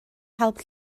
help